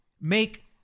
make